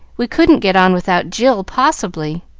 we couldn't get on without jill, possibly.